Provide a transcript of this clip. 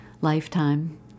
lifetime